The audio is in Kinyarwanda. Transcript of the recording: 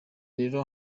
rero